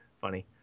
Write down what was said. funny